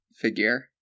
figure